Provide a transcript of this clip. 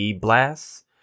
blasts